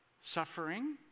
suffering